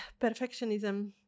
perfectionism